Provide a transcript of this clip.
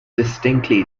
distinctly